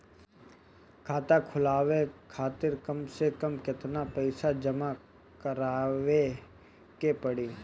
खाता खुलवाये खातिर कम से कम केतना पईसा जमा काराये के पड़ी?